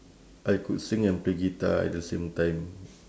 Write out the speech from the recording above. I could sing and play guitar at the same time